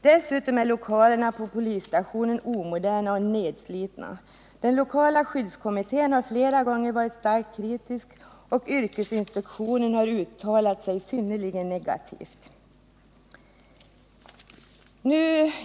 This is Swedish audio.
Dessutom är lokalerna på polisstationen omoderna och nedslitna. Den lokala skyddskommittén har flera gånger varit starkt kritisk, och yrkesinspektionen har uttalat sig synnerligen negativt.